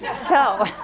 so.